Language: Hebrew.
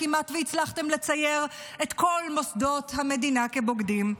כמעט והצלחתם לצייר את כל מוסדות המדינה כבוגדים.